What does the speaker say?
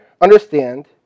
Understand